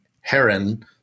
Heron